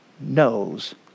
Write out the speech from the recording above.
knows